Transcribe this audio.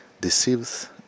deceives